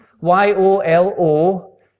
Y-O-L-O